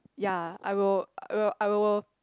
ya I will I will I will